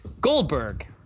Goldberg